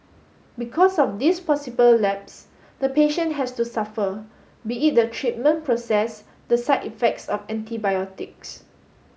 because of this possible lapse the patient has to suffer be it the treatment process the side effects of antibiotics